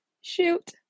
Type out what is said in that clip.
shoot